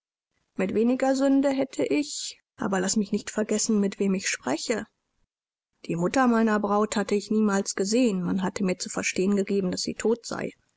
mit weniger sünde hätte ich aber laß mich nicht vergessen mit wem ich spreche die mutter meiner braut hatte ich niemals gesehen man hatte mir zu verstehen gegeben daß sie tot sei